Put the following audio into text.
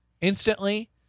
instantly